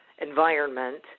environment